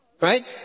Right